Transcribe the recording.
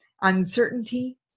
uncertainty